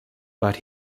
but